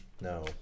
No